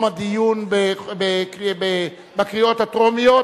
הדיון בקריאות הטרומיות,